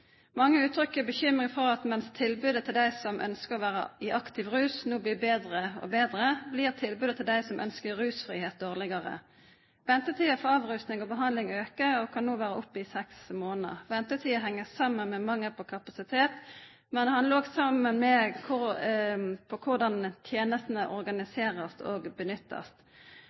Mange uttrykker bekymring for at mens tilbudet til dem som ønsker å være i aktiv rus, nå blir bedre og bedre, blir tilbudet til dem som ønsker rusfrihet, dårligere. Ventetiden for avrusning og behandling øker og kan nå være oppe i seks måneder. Ventetiden henger sammen med mangel på kapasitet, men handler også om hvordan tjenestene organiseres og benyttes.